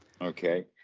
Okay